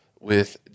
with-